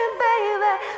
baby